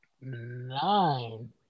nine